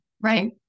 Right